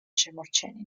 შემორჩენილი